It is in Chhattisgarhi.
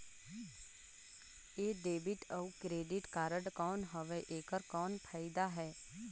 ये डेबिट अउ क्रेडिट कारड कौन हवे एकर कौन फाइदा हे?